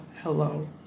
hello